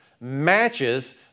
matches